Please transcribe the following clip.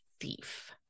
thief